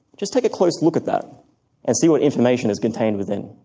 just take a close look at that and see what information is contained within.